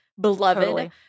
beloved